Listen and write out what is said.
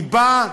היא נועדה,